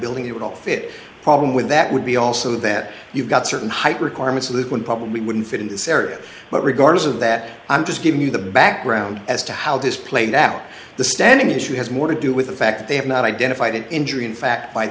building that will fit problem with that would be also then you've got certain height requirements of this one probably wouldn't fit in this area but regardless of that i'm just giving you the background as to how this played out the standing issue has more to do with the fact that they have not identified an injury in fact by